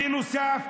בנוסף,